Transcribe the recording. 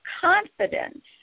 confidence